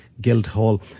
Guildhall